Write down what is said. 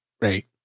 right